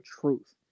truth